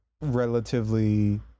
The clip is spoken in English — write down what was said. relatively